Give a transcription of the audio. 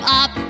up